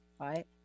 right